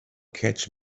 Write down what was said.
catch